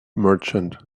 merchant